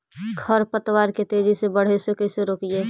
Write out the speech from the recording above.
खर पतवार के तेजी से बढ़े से कैसे रोकिअइ?